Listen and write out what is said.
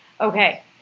okay